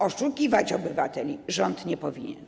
Oszukiwać obywateli rząd nie powinien.